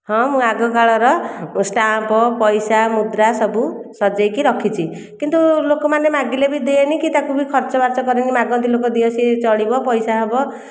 ହଁ ମୁଁ ଆଗ କାଳର ଷ୍ଟାମ୍ପ ପଇସା ମୁଦ୍ରା ସବୁ ସଜେଇକି ରଖିଛି କିନ୍ତୁ ଲୋକମାନେ ମାଗିଲେ ବି ଦିଏନି କି ତାକୁ ବି ଖର୍ଚ୍ଚ ବାର୍ଚ୍ଚ କରେନି ମାଗନ୍ତି ଲୋକ ଦିଅ ସିଏ ଚଳିବ ପଇସା ହେବ